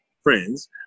friends